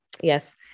yes